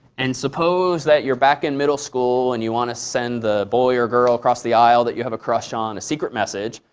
and suppose that you're back in middle school and you want to send the boy or girl across the aisle that you have a crush on a secret message,